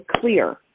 clear